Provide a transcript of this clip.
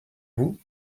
vous